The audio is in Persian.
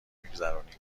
میگذرونیم